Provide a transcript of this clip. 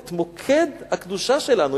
את מוקד הקדושה שלנו,